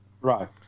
Right